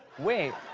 wait.